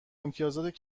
امتیازات